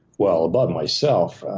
well, about myself,